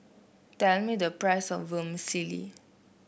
tell me the price of Vermicelli